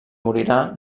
morirà